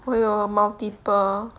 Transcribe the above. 我有 multiple